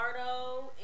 Cardo